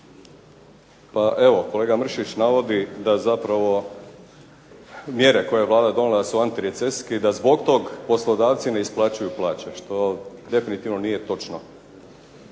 Pa evo kolega Mršić navodi da zapravo mjere koje je Vlada donijela su antirecesijske i da zbog tog poslodavci ne isplaćuju plaće što definitivno nije točno.